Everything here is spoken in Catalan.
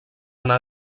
anar